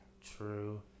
True